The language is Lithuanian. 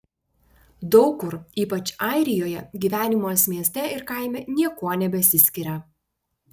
daug kur ypač airijoje gyvenimas mieste ir kaime niekuo nebesiskiria